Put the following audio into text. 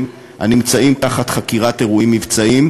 הנמצאים תחת חקירת אירועים מבצעיים,